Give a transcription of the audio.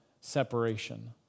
separation